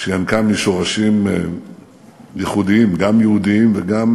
שינקה משורשים ייחודיים, גם יהודיים וגם